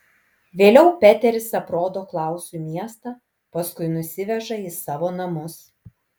vėliau peteris aprodo klausui miestą paskui nusiveža į savo namus